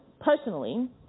personally